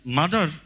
mother